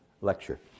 lecture